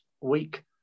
week